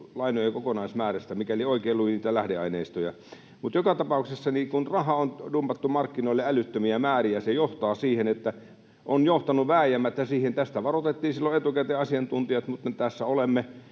lainojen kokonaismäärästä, mikäli oikein luin niitä lähdeaineistoja. Joka tapauksessa rahaa on dumpattu markkinoille älyttömiä määriä, ja se on johtanut vääjäämättä siihen. Tästä asiantuntijat varoittivat silloin etukäteen, mutta tässä nyt olemme.